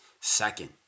second